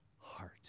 heart